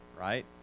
right